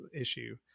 issue